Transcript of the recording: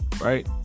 right